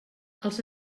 els